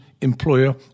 employer